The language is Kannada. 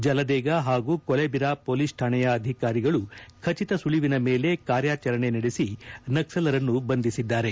ಜಲದೇಗ ಹಾಗೂ ಕೊಲೆಬಿರಾ ಪೊಲೀಸ್ ಠಾಣೆಯ ಅಧಿಕಾರಿಗಳು ಖಚತ ಸುಳಿವಿನ ಮೇಲೆ ಕಾರ್ಯಾಚರಣೆ ನಡೆಸಿ ನಕ್ಸಲರನ್ನು ಬಂಧಿಸಿದ್ದರು